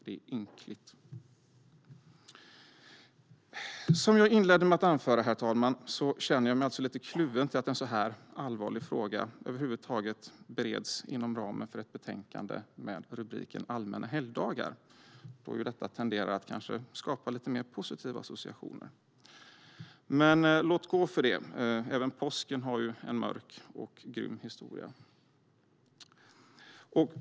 Det är ynkligt. Herr ålderspresident! Som jag inledde med att anföra känner jag mig alltså lite kluven till att en sådan här allvarlig fråga över huvud taget bereds inom ramen för ett betänkande med titeln Allmänna helgdagar då det tenderar att skapa lite mer positiva associationer. Men låt gå för det. Även påsken har ju en mörk och grym historia.